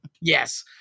Yes